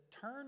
turn